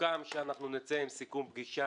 סוכם שנצא עם סיכום פגישה.